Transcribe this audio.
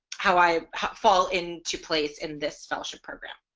how i fall in to place in this scholarship program.